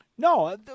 No